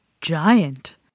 giant